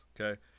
okay